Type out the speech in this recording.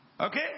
Okay